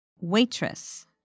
waitress